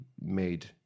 made